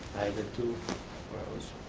did too when i was